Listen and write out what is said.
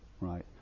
right